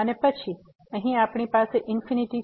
અને પછી અહીં આપણી પાસે ઇન્ફીનીટી છે